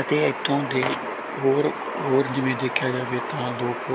ਅਤੇ ਇੱਥੋਂ ਦੇ ਹੋਰ ਹੋਰ ਜਿਵੇਂ ਦੇਖਿਆ ਜਾਵੇ ਤਾਂ ਲੋਕ